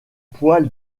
poil